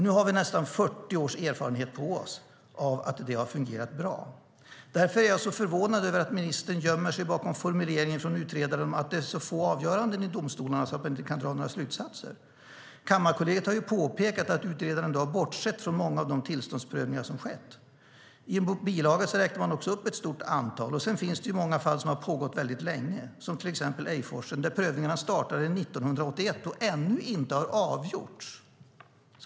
Nu har vi nästan 40 års erfarenhet av att det fungerat bra. Därför är jag så förvånad över att ministern gömmer sig bakom formuleringen från utredaren om att det är så få avgöranden i domstolarna att man inte kan dra några slutsatser. Kammarkollegiet har ju påpekat att utredaren bortsett från många av de tillståndsprövningar som skett. I en bilaga räknar man också upp ett stort antal sådana. Sedan finns det många fall som har pågått väldigt länge, till exempel Ejforsen, där prövningarna startade 1981 och det ännu inte har avgjorts.